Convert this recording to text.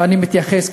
ואני מתייחס,